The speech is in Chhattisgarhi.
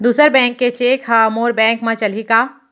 दूसर बैंक के चेक ह मोर बैंक म चलही का?